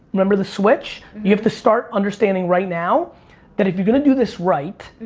remember the switch? you have to start understanding right now that if you're gonna do this right,